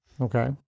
Okay